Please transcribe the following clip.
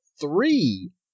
three